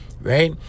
right